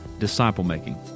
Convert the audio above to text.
disciple-making